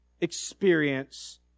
experience